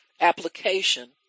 application